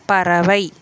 பறவை